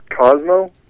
Cosmo